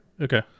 Okay